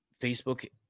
Facebook